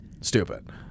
stupid